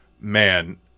man